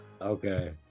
Okay